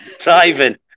Driving